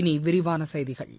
இனி விரிவான செய்திகள்